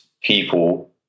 people